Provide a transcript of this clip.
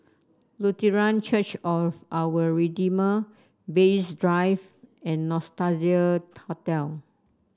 Lutheran Church of Our Redeemer Bay East Drive and Nostalgia Hotel